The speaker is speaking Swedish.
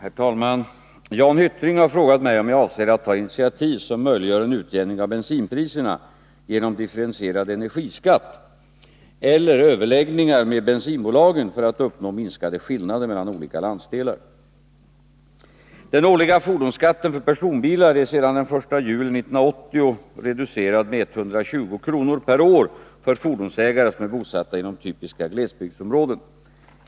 Herr talman! Jan Hyttring har frågat mig om jag avser att ta initiativ som möjliggör en utjämning av bensinpriserna genom differentierad energiskatt eller överläggningar med bensinbolagen för att uppnå minskade skillnader mellan olika landsdelar. Den årliga fordonsskatten för personbilar är sedan den 1 juli 1980 reducerad med 120 kr. per år för fordonsägare som är bosatta inom typiska glesbygdsområden.